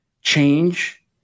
change